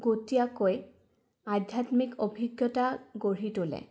গতীয়াকৈ আধ্যাত্মিক অভিজ্ঞতা গঢ়ি তোলে